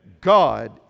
God